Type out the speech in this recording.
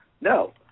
No